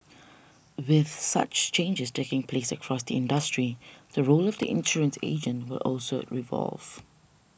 with such changes taking place across the industry the role of the insurance agent will also evolve